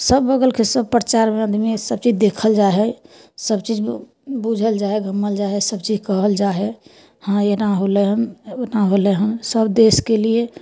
सब बगलके सब परचारमे आदमी अथी देखल जाइ हइ सब चीज बूझल जाइ हइ गमल जाइ हइ सब चीज कहल जाइ हइ हँ एना होलै हन ओना होलै हन सब देश केलिए